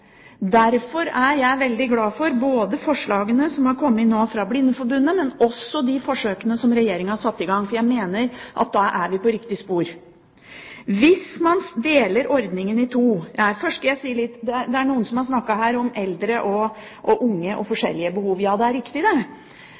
Derfor er jeg veldig glad for forslagene som har kommet fra Blindeforbundet, og også de forsøkene som Regjeringen har satt i gang, for da mener jeg vi er på riktig spor. Det er noen her som har snakket om eldre og unge og forskjellige behov. Ja, det er for så vidt riktig, det.